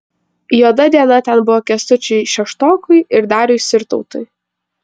juoda diena ten buvo kęstučiui šeštokui ir dariui sirtautui